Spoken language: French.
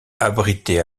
abritait